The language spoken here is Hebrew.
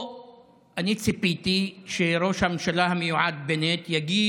אני ציפיתי שראש הממשלה המיועד בנט יגיד: